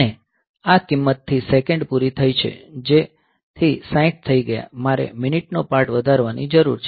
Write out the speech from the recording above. અને આ કિંમત થી સેકંડ પુરી થઇ છે જેથી 60 થઈ ગયા મારે મિનિટ નો પાર્ટ વધારવાની જરૂર છે